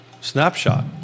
snapshot